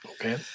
Okay